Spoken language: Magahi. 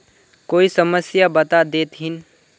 कोई समस्या बता देतहिन?